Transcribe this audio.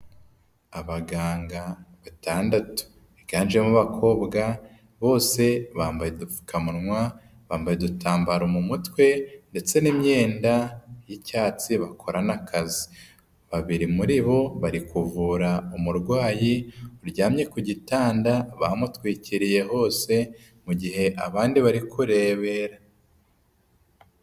Abaganga batandatu biganjemo abakobwa bose bambaye udupfukamunwa, bambaye udutambaro mu mutwe ndetse n'imyenda y'icyatsi bakorana akazi, babiri muri bo bari kuvura umurwayi uryamye ku gitanda bamutwikiriye hose mu gihe abandi bari kurebera.